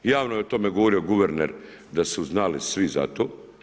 Javno je o tome govorio guverner da su znali svi za to.